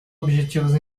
objetivos